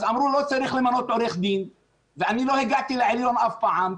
אז אמרו שלא צריך למנות עורך דין ואני לא הגעתי לעליון אף פעם,